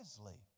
wisely